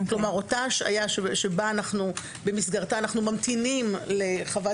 כלומר אותה השעיה שבמסגרתה אנחנו ממתינים לחוות